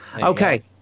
okay